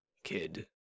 kid